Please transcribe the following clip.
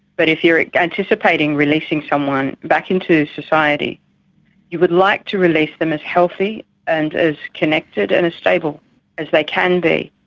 but if you are anticipating releasing someone back into society you would like to release them as healthy and as connected and as stable as they can be.